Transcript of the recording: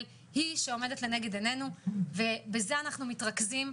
היא שעומדת לנגד עינינו ובזה אנחנו מתרכזים,